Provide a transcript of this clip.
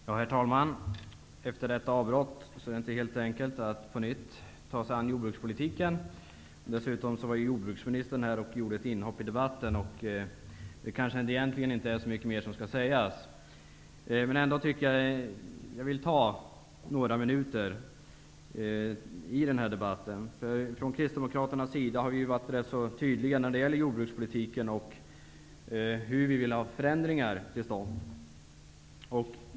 Herr talman! Efter detta avbrott är det inte alldeles enkelt att på nytt ta sig an jordbrukspolitiken. Dessutom var ju jordbruksministern här och gjorde ett inhopp i debatten. Det är kanske inte så mycket mer att tillägga. Jag vill ändå ta några minuter i anspråk. Vi kristdemokrater har varit tydliga när det gäller jordbrukspolitiken och vilka förändringar vi vill ha till stånd.